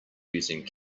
using